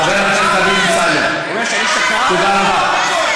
חבר הכנסת דוד אמסלם, תודה רבה לך.